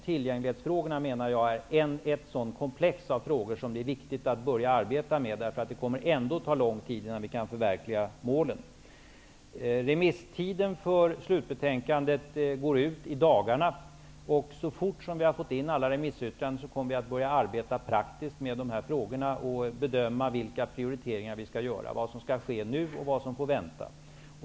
Tillgänglighetsfrågorna är ett sådant komplex av frågor som det är viktigt att man börjar arbeta med. Det kommer ändå att ta lång tid innan vi kan förverkliga målen. Remisstiden för slutbetänkandet går ut i dagarna. Så fort som vi har fått in alla remissyttranden kommer vi att börja arbeta med dessa frågor praktiskt, och vi kommer att bedöma vilka prioriteringar som skall göras.